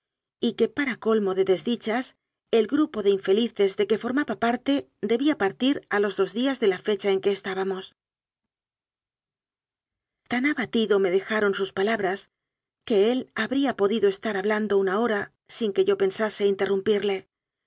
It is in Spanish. y que para col mo de desdichas el grupo de infelices de que for maba parte debía partir a los dos días de la fecha en que estábamos tan abatido me dejaron sus palabras que él ha bría podido estar hablando una hora sin que yo pensase interrumpirle